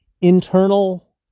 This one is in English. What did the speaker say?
internal